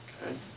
Okay